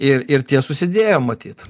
ir ir tie susidėjo matyt